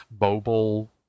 mobile